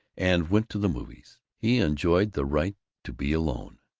and went to the movies. he enjoyed the right to be alone.